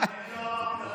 לא אני, אני לא אמרתי.